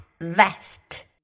vest